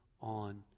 on